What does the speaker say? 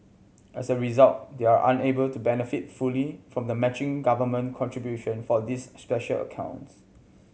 as a result they are unable to benefit fully from the matching government contribution for these special accounts